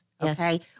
Okay